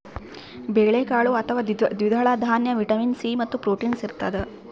ಬೇಳೆಕಾಳು ಅಥವಾ ದ್ವಿದಳ ದಾನ್ಯ ವಿಟಮಿನ್ ಸಿ ಮತ್ತು ಪ್ರೋಟೀನ್ಸ್ ಇರತಾದ